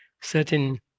certain